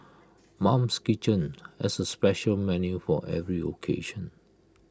mum's kitchen has A special menu for every occasion